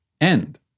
end